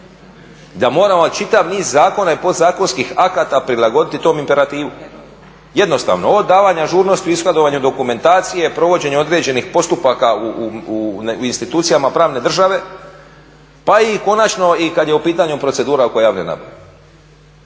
da moramo čitav niz zakona i podzakonskih akata prilagoditi tom imperativu. Jednostavno od davanja ažurnosti o ishodovanju dokumentacije, provođenju određenih postupaka u institucijama pravne države pa i konačno i kada je u pitanju procedura oko javne nabave.